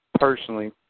Personally